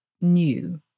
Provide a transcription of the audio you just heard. new